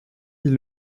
ils